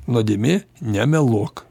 nuodėmė nemeluok